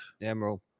Emerald